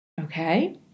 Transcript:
okay